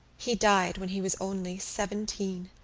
he died when he was only seventeen.